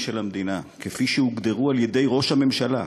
של המדינה כפי שהוגדרו על-ידי ראש הממשלה,